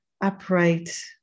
upright